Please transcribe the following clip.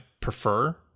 prefer